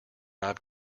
i’ve